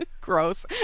Gross